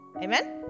Amen